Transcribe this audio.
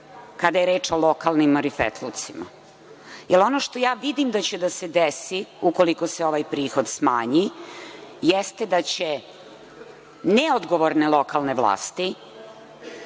kada je reč o lokalnim marifetlucima, jer ono što ja vidim da će da se desi ukoliko se ovaj prihod smanji, jeste da će neodgovorne lokalne vlasti